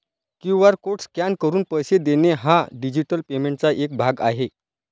QR code scan करून पैसे देणे हा डिजिटल पेमेंटचा एक भाग आहे